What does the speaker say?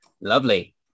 lovely